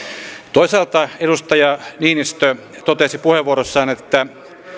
toisaalta edustaja niinistö totesi puheenvuorossaan että